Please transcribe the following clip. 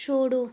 छोड़ो